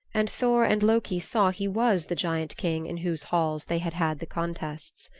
and thor and loki saw he was the giant king in whose halls they had had the contests.